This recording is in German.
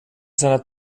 seiner